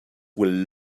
will